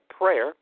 prayer